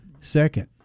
Second